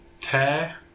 tear